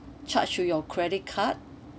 charge to your credit card